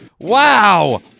Wow